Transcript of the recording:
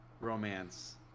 romance